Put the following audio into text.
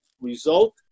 result